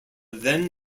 then